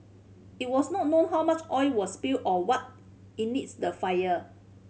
it was not known how much oil was spilled or what the fire